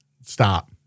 Stop